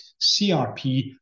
CRP